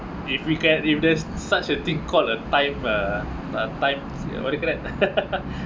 if we can if there's such a thing called a time uh uh times what you call that